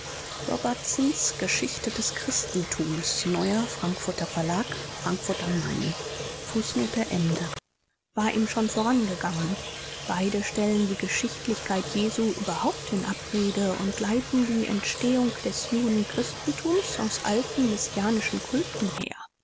robertsons geschichte des christentums neuer frankfurter verlag frankfurt a m war ihm schon vorangegangen beide stellen die geschichtlichkeit jesu überhaupt in abrede und leiten die entstehung des juden-christentums aus alten messianischen kulten her